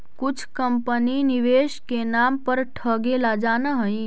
कुछ कंपनी निवेश के नाम पर ठगेला जानऽ हइ